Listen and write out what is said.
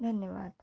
धन्यवाद